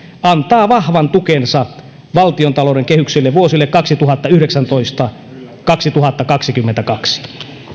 antaa vahvan tukensa valtiontalouden kehyksille vuosille kaksituhattayhdeksäntoista viiva kaksituhattakaksikymmentäkaksi